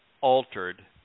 altered